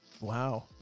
Wow